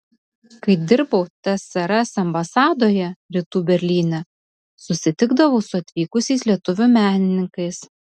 kai dirbau tsrs ambasadoje rytų berlyne susitikdavau su atvykusiais lietuvių menininkais